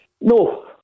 No